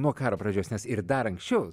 nuo karo pradžios nes ir dar anksčiau